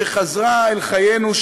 שחזרה אל חיינו,